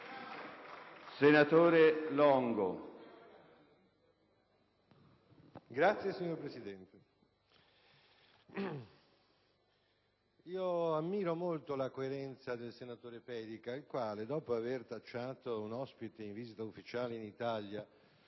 facoltà. LONGO *(PdL)*. Signor Presidente, ammiro molto la coerenza del senatore Pedica, il quale, dopo avere tacciato un ospite in visita ufficiale in Italia